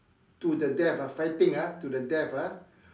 to the death ah fighting ah to the death ah